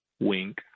wink